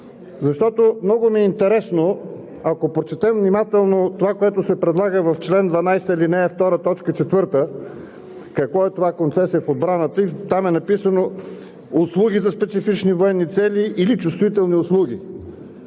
Защото много ми е интересно, ако внимателно прочетем това, което се предлага в чл. 12, ал. 2, т. 4 – какво е това „концесия“ в отбраната, там е написано „услуги за специфични военни цели или чувствителни услуги“.